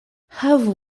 havu